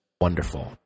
wonderful